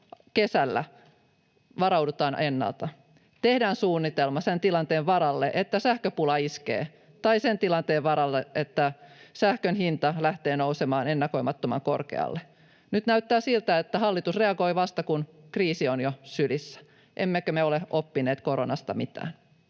kesällä, varaudutaan ennalta. Tehdään suunnitelma sen tilanteen varalle, että sähköpula iskee, tai sen tilanteen varalle, että sähkön hinta lähtee nousemaan ennakoimattoman korkealle. Nyt näyttää siltä, että hallitus reagoi vasta, kun kriisi on jo sylissä. Emmekö me ole oppineet koronasta mitään?